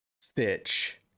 Stitch